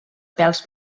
pèls